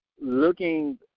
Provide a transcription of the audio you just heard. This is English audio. looking